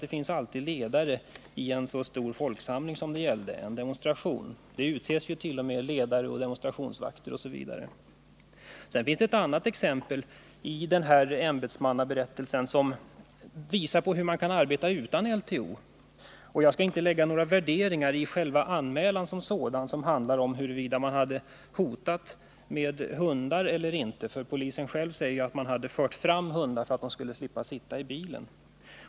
Det finns alltid ledare i en så stor folksamling som det här gällde, vid en demonstration. Det utses ledare, demonstrationsvakter osv. i sådana sammanhang. Ett annat exempel i ämbetsberättelsen visar hur man kan arbeta utan LTO. Jag skall inte lägga in några värderingar av den anmälan som hade gjorts och som handlar om huruvida det hade hotats med hundar eller inte i det aktuella fallet. De berörda polismännen säger själva att de hade tagit med sig hundarna därför att dessa inte kunde lämnas kvar i bilen.